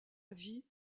vie